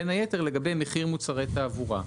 בין היתר לגבי מחיר מוצרי תעבורה.